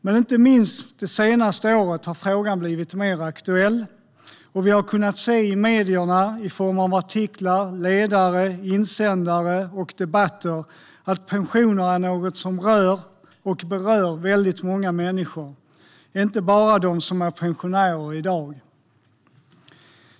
Men inte minst det senaste året har frågan blivit mer aktuell, och vi har kunnat se i medierna - i form av artiklar, ledare, insändare och debatter - att pensioner är något som rör och berör väldigt många människor, inte bara dem som är pensionärer i dag.